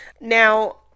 Now